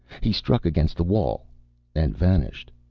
he struck against the wall and vanished.